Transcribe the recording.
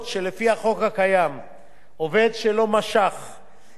עובד שלא משך את הכספים בתוך 90 ימים